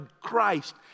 Christ